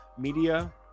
media